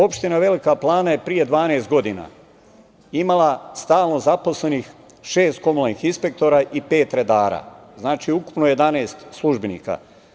Opština Velika Plana je pre 12 godina imala stalno zaposlenih šest komunalnih inspektora i pet redara, znači ukupno 11 službenika.